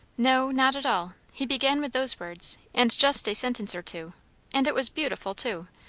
no, not at all. he began with those words, and just a sentence or two and it was beautiful, too,